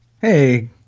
Hey